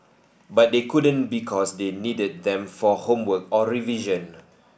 but they couldn't because they needed them for homework or revision